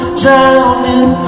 drowning